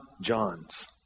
John's